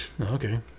okay